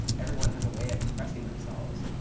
everyone has a way of expressing themselves.